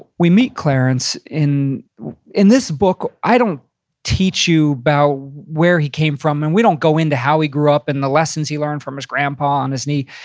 we meet clarence, in in this book i don't teach you about where he came from, and we don't go into how he grew up and the lessons he learned from his grandpa on his knee.